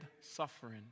suffering